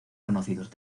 conocidos